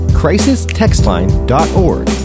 crisistextline.org